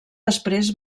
després